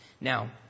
Now